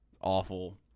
awful